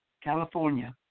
California